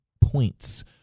points